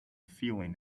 feeling